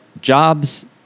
jobs